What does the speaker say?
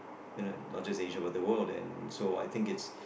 you know not just Asia but the world and so I think it's